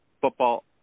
football